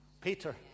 peter